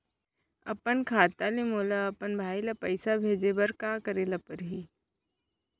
अपन खाता ले मोला अपन भाई ल पइसा भेजे बर का करे ल परही?